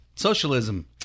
Socialism